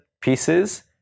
pieces